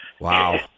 Wow